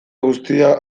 guztia